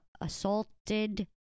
assaulted